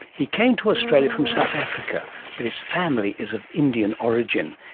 he came to australia from south africa but his family is of indian origin.